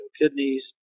kidneys